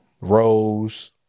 Rose